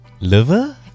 Liver